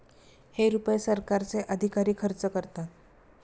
हे रुपये सरकारचे अधिकारी खर्च करतात